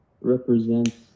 represents